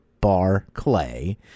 Barclay